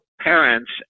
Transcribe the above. parents